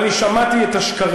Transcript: אבל אני שמעתי את השקרים,